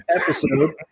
episode